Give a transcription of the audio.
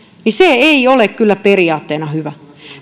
se ei ole kyllä periaatteena hyvä